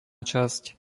časť